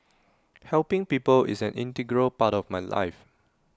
helping people is an integral part of my life